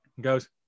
goes